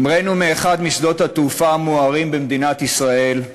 המראנו מאחד משדות התעופה המוארים במדינת ישראל,